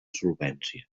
solvència